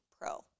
pro